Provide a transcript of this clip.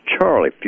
Charlie